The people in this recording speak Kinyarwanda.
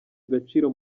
agaciro